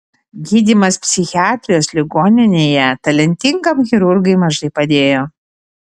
gydymas psichiatrijos ligoninėje talentingam chirurgui mažai padėjo